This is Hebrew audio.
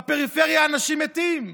בפריפריה אנשים מתים.